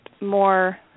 more